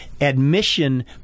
admission